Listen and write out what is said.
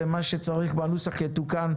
ומה שצריך בנוסח יתוקן.